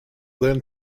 then